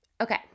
Okay